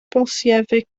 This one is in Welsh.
bolsiefic